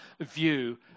view